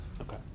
Okay